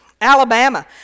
Alabama